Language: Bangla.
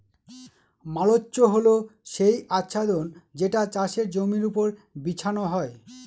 মালচ্য হল সেই আচ্ছাদন যেটা চাষের জমির ওপর বিছানো হয়